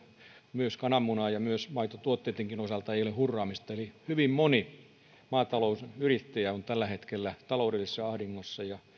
myös kananmunan ja maitotuotteidenkaan osalta ei ole hurraamista eli hyvin moni maatalousyrittäjä on tällä hetkellä taloudellisessa ahdingossa ja